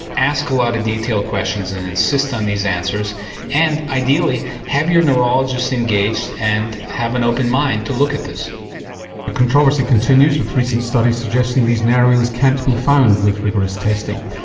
ask a lot of detailed questions and insist on these answers and ideally have your neurologist engaged and have an open mind to look at this. the controversy continues with recent studies suggesting these narrowings can't be found with rigorous testing.